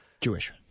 Jewish